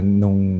nung